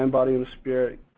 and body, and spirit.